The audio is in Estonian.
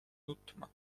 nutma